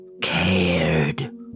cared